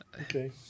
Okay